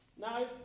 Now